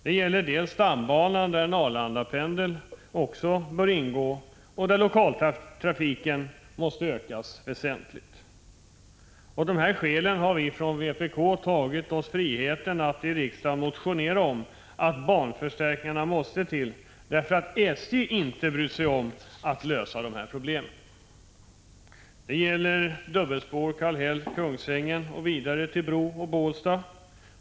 Det gäller stambanan, där en Arlandapendel också bör ingå och där lokaltrafiken måste ökas väsentligt. Av dessa skäl har vi från vpk tagit oss friheten att i riksdagen motionera om att banförstärkningar måste till därför att SJ inte har brytt sig om att lösa problemen. Det gäller dubbelspår Kallhäll—-Kungsängen och vidare till Bro och Bålsta.